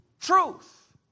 truth